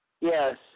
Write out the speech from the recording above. Yes